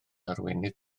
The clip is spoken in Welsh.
arweinydd